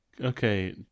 Okay